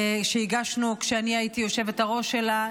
שהגשנו כשאני הייתי יושבת-הראש שלה,